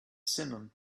simum